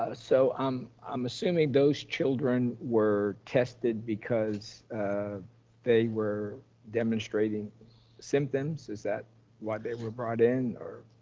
ah so um i'm assuming those children were tested because ah they were demonstrating symptoms? is that why they were brought in or?